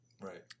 Right